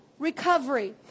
Recovery